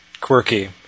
quirky